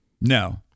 no